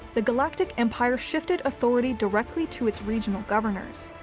the galactic empire shifted authority directly to its regional governors.